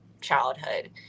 childhood